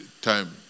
time